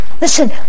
Listen